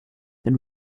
been